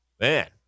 Man